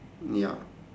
ya